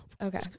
Okay